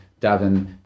davin